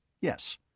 Yes